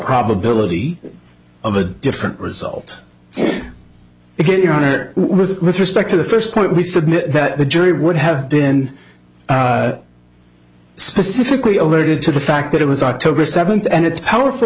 probability of a different result in your honor with respect to the first point we submit that the jury would have been specifically alerted to the fact that it was october seventh and it's powerful